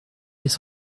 mille